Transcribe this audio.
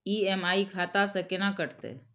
EMI खाता से केना कटते?